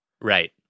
Right